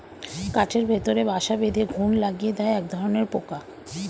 কাঠের ভেতরে বাসা বেঁধে ঘুন লাগিয়ে দেয় একধরনের পোকা